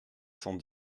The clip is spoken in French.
cent